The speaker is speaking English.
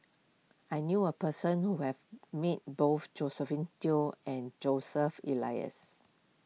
I knew a person who have meet both Josephine Teo and Joseph Elias